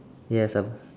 yes I've